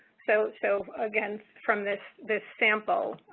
so so again, from this this sample.